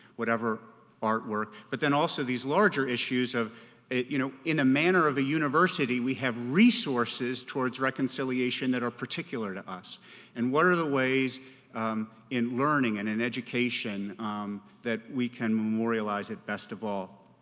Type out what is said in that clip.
whatever artwork, but then also these larger issues of you know in a manner of a university we have resources towards reconciliation that are particular to us and what are the ways in learning and in education that we can memorialize it best of all.